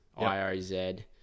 IOZ